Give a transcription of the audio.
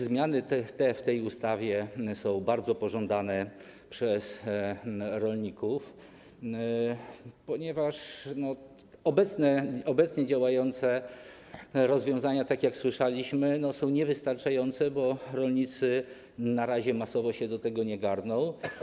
Zmiany w tej ustawie są bardzo pożądane przez rolników, ponieważ obecnie działające rozwiązania, tak jak słyszeliśmy, są niewystarczające, bo rolnicy na razie masowo się do tego nie garną.